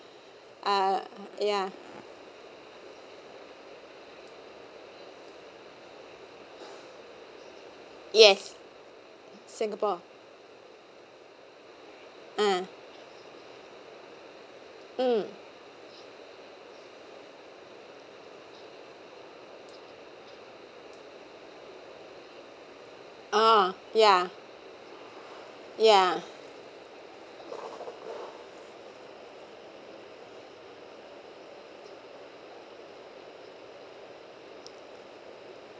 uh ya yes singapore uh mm oh ya ya